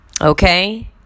Okay